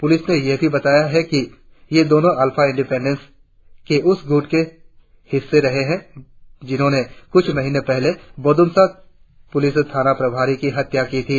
police ने यह भी बताया कि ये दोनो अल्फा इंडिपेंडेंस के उस गुट का हिस्सा रहे है जिसने कुछ महीनों पहले बोरदुम्सा पुलिस थाना प्रभारी की हत्या की थी